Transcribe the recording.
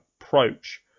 approach